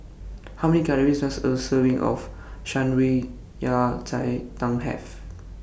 How Many Calories Does A Serving of Shan Rui Yao Cai Tang Have